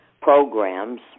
programs